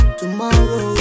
tomorrow